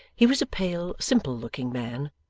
he was a pale, simple-looking man,